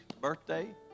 birthday